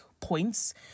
points